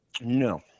No